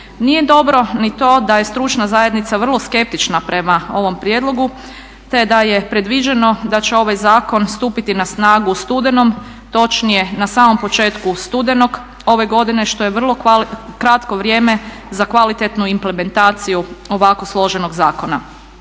Nije dobro ni to da je stručna zajednica vrlo skeptična prema ovom prijedlogu te da je predviđeno da će ovaj zakon stupiti na snagu u studenom, točnije na samom početku studenog ove godine što je vrlo kratko vrijeme za kvalitetnu implementaciju ovako složenog zakona.